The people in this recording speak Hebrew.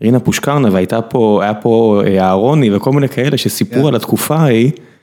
רינה פושקרנה והייתה פה, היה פה אהרוני וכל מיני כאלה שסיפרו על התקופה היא.